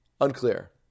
Unclear